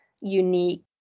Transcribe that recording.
unique